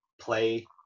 play